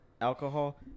alcohol